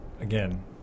again